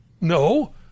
No